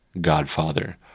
Godfather